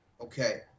Okay